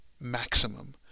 maximum